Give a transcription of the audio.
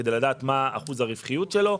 כדי לדעת מה אחוז הרווחיות שלו.